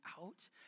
out